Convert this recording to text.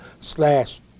slash